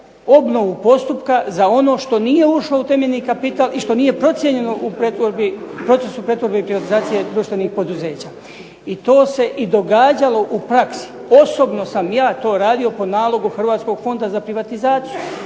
obnovu postupka za ono što nije ušlo u temeljni kapital i što nije procijenjeno u procesu pretvorbe i privatizacije društvenih poduzeća. I to se i događalo u praksi. Osobno sam ja to radio po nalogu Hrvatskog fonda za privatizaciju.